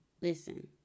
listen